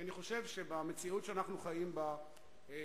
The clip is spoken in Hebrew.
אני חושב שבמציאות שאנחנו חיים בה,